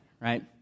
right